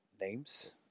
names